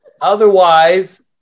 Otherwise